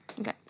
Okay